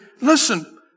listen